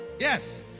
Yes